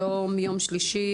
היום יום שלישי,